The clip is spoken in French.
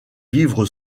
vivre